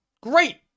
Great